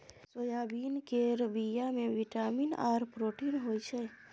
soybean केर बीया मे बिटामिन आर प्रोटीन होई छै